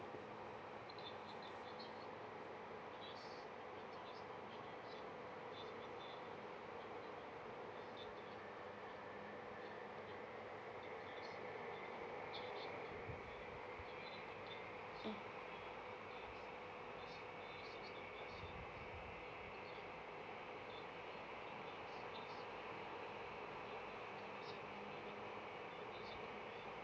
mm